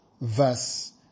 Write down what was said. verse